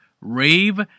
Rave